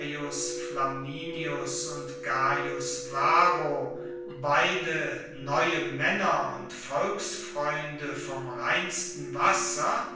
flaminius und gaius varro beide neue maenner und volksfreunde vom reinsten wasser